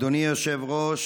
אדוני היושב-ראש,